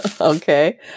Okay